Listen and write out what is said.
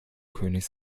könig